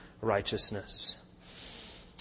righteousness